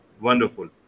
Wonderful